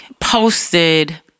posted